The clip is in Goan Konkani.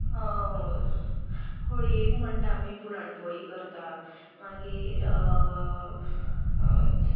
होळ्येक म्हणटा आमी पुरणपोळी करता मागीर